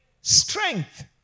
strength